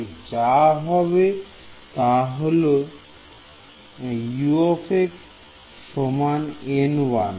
তাই যা হবে তাহলে W সমান N1